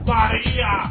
Maria